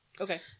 Okay